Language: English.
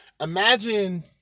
Imagine